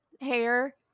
hair